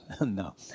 No